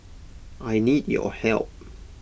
I need your help